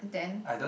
then